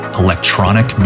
electronic